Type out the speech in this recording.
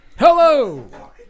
Hello